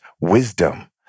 wisdom